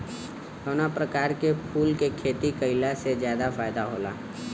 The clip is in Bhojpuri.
कवना प्रकार के फूल के खेती कइला से ज्यादा फायदा होला?